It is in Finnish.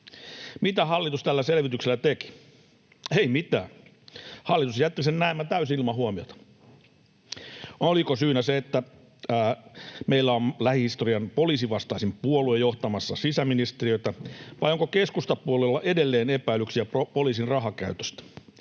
Mitä hallitus tällä selvityksellä teki? Ei mitään. Hallitus jätti sen näemmä täysin ilman huomiota. Oliko syynä se, että meillä on lähihistorian poliisivastaisin puolue johtamassa sisäministeriötä, vai onko keskustapuolueella edelleen epäilyksiä poliisin rahankäytöstä?